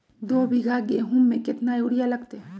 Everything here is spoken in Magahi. दो बीघा गेंहू में केतना यूरिया लगतै?